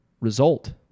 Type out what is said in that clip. result